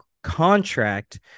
contract